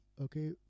okay